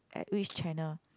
at which channel